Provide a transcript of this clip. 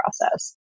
process